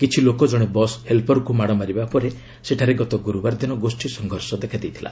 କିଛି ଲୋକ ଜଣେ ବସ୍ ହେଲ୍ପର୍କୁ ମାଡ଼ ମାରିବା ପରେ ସେଠାରେ ଗତ ଗୁରୁବାର ଦିନ ଗୋଷ୍ଠୀ ସଂଘର୍ଷ ଦେଖାଦେଇଥିଲା